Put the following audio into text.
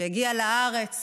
שהגיע לארץ